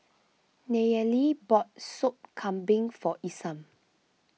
Nayely bought Sop Kambing for Isam